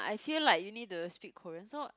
I feel like you need to speak Korean so